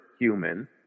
human